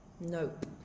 Nope